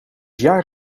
jaar